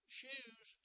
shoes